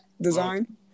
design